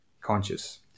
conscious